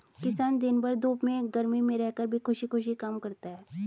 किसान दिन भर धूप में गर्मी में रहकर भी खुशी खुशी काम करता है